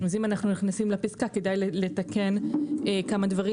אז אם אנחנו נכנסים לפסקה, כדאי לתקן כמה דברים.